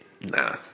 Nah